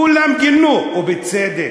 כולם גינו, ובצדק,